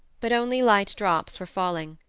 but only light drops were falling.